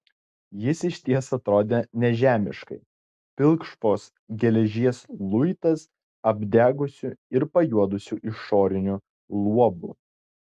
jis išties atrodė nežemiškai pilkšvos geležies luitas apdegusiu ir pajuodusiu išoriniu luobu